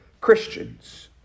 Christians